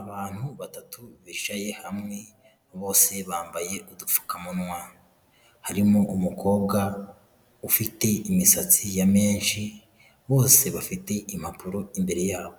Abantu batatu bicaye hamwe, bose bambaye udupfukamanwa, harimo umukobwa ufite imisatsi ya menshi, bose bafite impapuro imbere yabo,